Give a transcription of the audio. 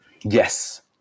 Yes